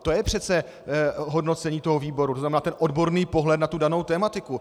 To je přece hodnocení toho výboru, to znamená odborný pohled na danou tematiku.